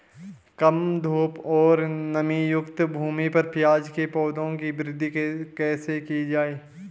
कम धूप और नमीयुक्त भूमि पर प्याज़ के पौधों की वृद्धि कैसे की जाए?